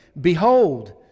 Behold